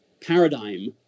paradigm